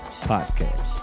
podcast